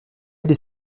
des